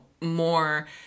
more